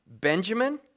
Benjamin